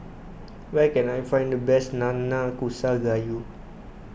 where can I find the best Nanakusa Gayu